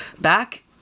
Back